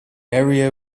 area